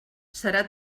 serà